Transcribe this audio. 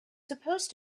supposed